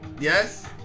Yes